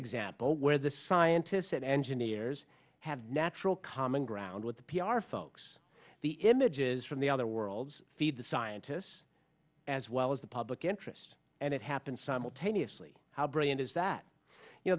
example where the scientists and engineers have natural common ground with the p r folks the images from the other worlds feed the scientists as well as the public interest and it happened simultaneously how brilliant is that you know